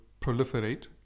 proliferate